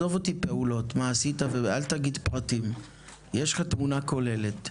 יש לך תמונה כוללת.